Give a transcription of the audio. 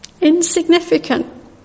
insignificant